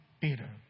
Peter